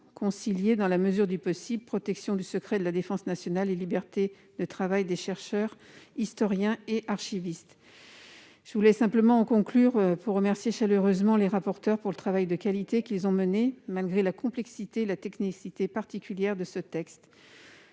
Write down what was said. concilier, dans la mesure du possible, protection du secret de la défense nationale et liberté de travail des chercheurs, historiens et archivistes. Je remercie chaleureusement les rapporteurs du travail de qualité qu'ils ont réalisé, malgré la complexité et la technicité particulières de ce texte.